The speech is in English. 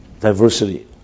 diversity